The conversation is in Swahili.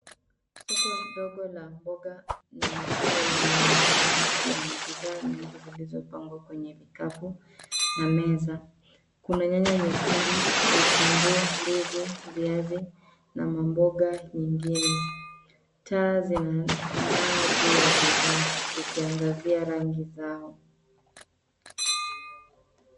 Soko ndogo la mboga na matunda linaonekana likiwa na bidhaa nyingi zilizopangwa kwenye vikapu na meza. Kuna nyanya nyekundu, vitunguu, ndizi, viazi na mamboga nyingine. Taa zinang'aa juu ya bidhaa zikiangazia rangi zao.